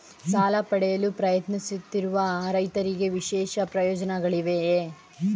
ಸಾಲ ಪಡೆಯಲು ಪ್ರಯತ್ನಿಸುತ್ತಿರುವ ರೈತರಿಗೆ ವಿಶೇಷ ಪ್ರಯೋಜನಗಳಿವೆಯೇ?